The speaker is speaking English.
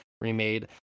remade